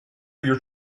your